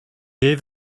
gave